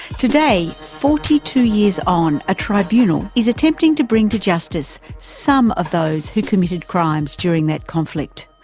today, forty two years on, a tribunal is attempting to bring to justice some of those who committed crimes during that conflict.